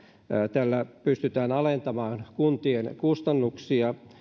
tällä pystytään alentamaan kuntien kustannuksia